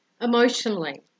Emotionally